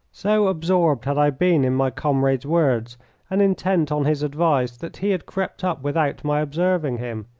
so absorbed had i been in my comrade's words and intent on his advice that he had crept up without my observing him.